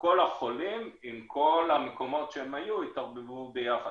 כל החולים עם כל המקומות שהם היו בהם התערבבו ביחד,